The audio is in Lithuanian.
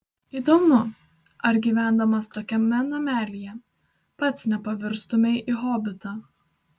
įdomu ar gyvendamas tokiame namelyje pats nepavirstumei į hobitą